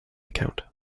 account